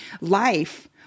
Life